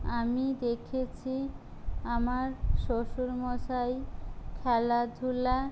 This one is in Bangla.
আমি দেখেছি আমার শ্বশুরমশাই খেলাধূলা